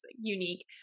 unique